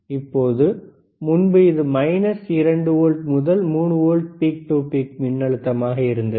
இப்போது முன்பு இது மைனஸ் 2 வோல்ட் முதல் 3 வோல்ட் பீக் டு பீக் மின்னழுத்தமாக இருந்தது